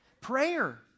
Prayer